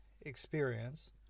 experience